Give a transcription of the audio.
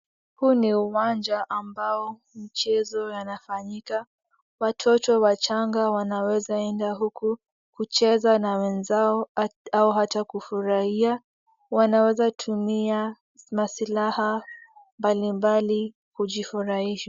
Huu ni uwanja ambao mchezo yanafanyika watoto wachanga wanaweza enda huku kucheza na wenzao au ata kufurahia, wanaweza tumia masilaha mbalimbali kujifurahisha.